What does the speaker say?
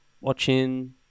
watching